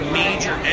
major